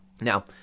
Now